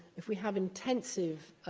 if we have intensive